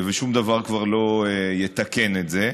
ושום דבר כבר לא יתקן את זה.